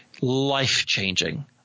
life-changing